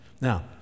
Now